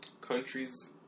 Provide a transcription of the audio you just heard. Countries